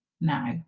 now